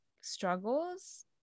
struggles